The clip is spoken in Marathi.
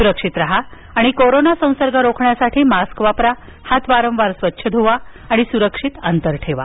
सुरक्षित राहा आणि कोरोना संसर्ग रोखण्यासाठी मास्क वापरा हात वारंवार स्वच्छ धुवा आणि सुरक्षित अंतर राखा